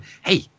Hey